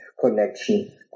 connection